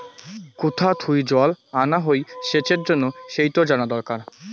কুথা থুই জল আনা হই সেচের তন্ন সেইটো জানা দরকার